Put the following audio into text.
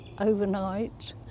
overnight